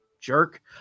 Jerk